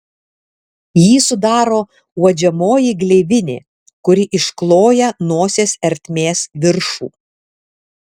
jį sudaro uodžiamoji gleivinė kuri iškloja nosies ertmės viršų